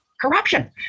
corruption